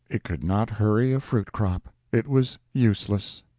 it could not hurry a fruit crop it was useless,